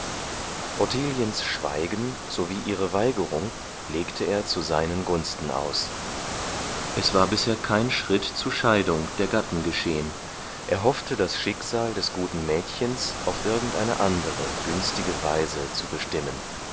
schweigen sowie ihre weigerung legte er zu seinen gunsten aus es war bisher kein schritt zu scheidung der gatten geschehen er hoffte das schicksal des guten mädchens auf irgendeine andere günstige weise zu bestimmen